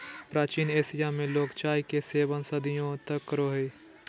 प्राचीन एशिया में लोग चाय के सेवन सदियों तक करो हलय